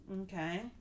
Okay